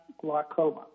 Glaucoma